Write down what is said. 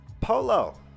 polo